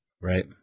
Right